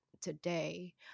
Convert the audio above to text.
today